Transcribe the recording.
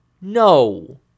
no